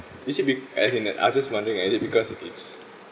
is it be~ as in uh I just wondering ah is it because it's